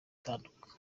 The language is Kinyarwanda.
itandatu